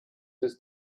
this